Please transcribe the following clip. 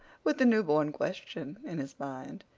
with the newborn question in his mind,